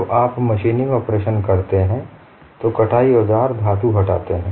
जब आप machining operation करते हैं तो कटाई औजार धातु हटाते हैं